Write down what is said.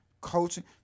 coaching